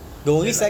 then like